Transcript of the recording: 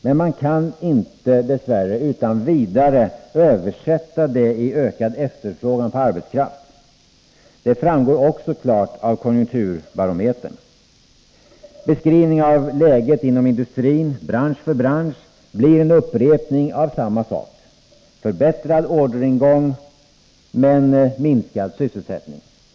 Men det kan dess värre inte utan vidare översättas i ökad efterfrågan på arbetskraft. Det framgår också klart av Konjunkturbarometern. Beskrivningen av läget inom industrin, bransch för bransch, blir en upprepning av samma sak: förbättrad orderingång men minskad sysselsättning.